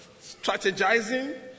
strategizing